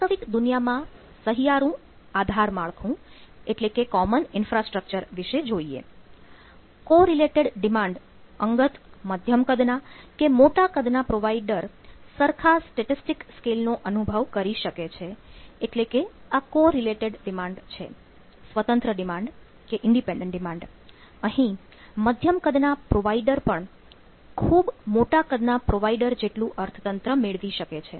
વાસ્તવિક દુનિયામાં સહિયારું આધાર માળખું અહીં મધ્યમ કદના પ્રોવાઇડર પણ ખૂબ મોટા કદના પ્રોવાઇડર જેટલું અર્થતંત્ર મેળવી શકે છે